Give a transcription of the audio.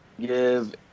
give –